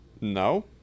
No